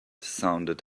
sounded